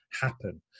happen